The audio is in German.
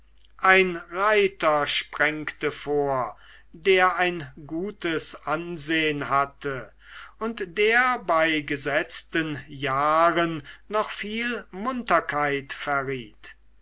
ein reiter sprengte vor der ein gutes ansehn hatte und der bei gesetzten jahren noch viel munterkeit verriet